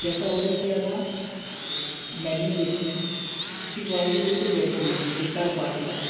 जैसा ऑर्डर किया था मैन्यू देख कर उसकी क्वालिटी बिलकुल वैसी नहीं थी बेकार क्वालिटी थी